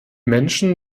menschen